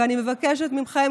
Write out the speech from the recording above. ואני מבקשת מכם,